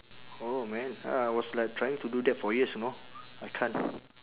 oh man uh I was like trying to do that for years you know I can't